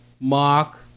Mark